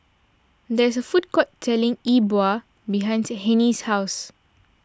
there is a food court selling E Bua behind Hennie's house